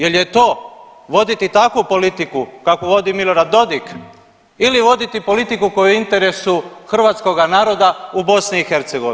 Jel je to voditi takvu politiku kakvu vodi Milorad Dodik ili voditi politiku koja je u interesu hrvatskoga naroda u BiH?